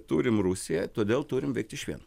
turim rusiją todėl turim veikt išvien